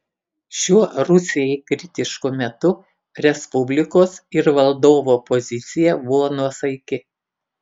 šiuo rusijai kritišku metu respublikos ir valdovo pozicija buvo nuosaiki